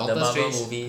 the marvel movie